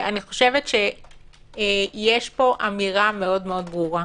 אני חושבת שיש פה אמירה מאוד מאוד ברורה: